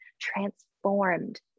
transformed